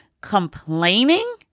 complaining